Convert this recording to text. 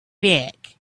back